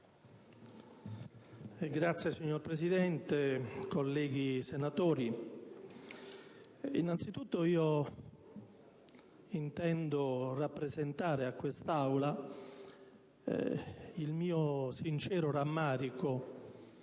Signor Presidente, colleghi senatori, innanzitutto intendo rappresentare all'Assemblea il mio sincero rammarico